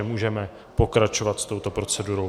Můžeme pokračovat s touto procedurou.